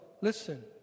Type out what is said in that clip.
listen